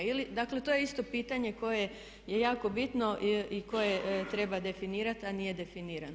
Ili, dakle to je isto pitanje koje je jako bitno i koje treba definirati a nije definirano.